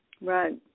Right